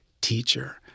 teacher